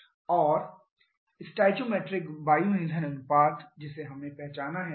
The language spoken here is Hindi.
इसलिए स्टोइकोमेट्रिक वायु ईंधन अनुपात जिसे हमें पहचानना है